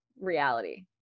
reality